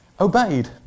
obeyed